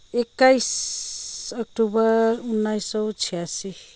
एक्काइस अक्टोबर उन्नाइस सौ छ्यासी